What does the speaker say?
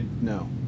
No